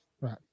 Right